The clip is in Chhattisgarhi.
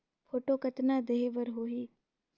फोटो कतना देहें बर होहि?